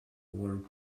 lord